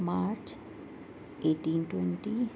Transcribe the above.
March eighteen twenty